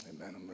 Amen